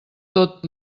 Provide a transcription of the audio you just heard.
tot